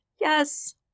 yes